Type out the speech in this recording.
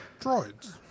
droids